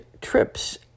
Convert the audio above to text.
trips